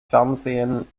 fernsehen